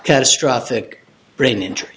catastrophic brain injury